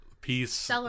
peace